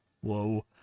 Whoa